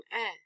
air